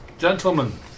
gentlemen